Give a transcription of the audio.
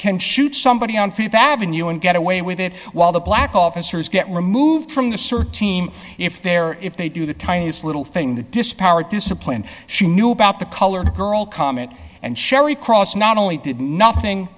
can shoot somebody on th avenue and get away with it while the black officers get removed from the search if they're if they do the tiniest little thing the disparate discipline she knew about the colored girl comment and shelley cross not only did nothing